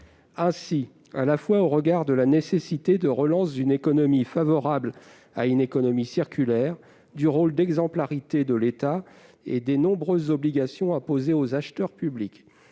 regard à la fois de la nécessité de relance d'une économie favorable à une économie circulaire, du rôle d'exemplarité de l'État et des nombreuses obligations imposées aux acheteurs publics,